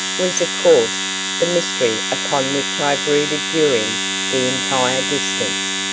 was of course the mystery upon which i brooded during the entire distance.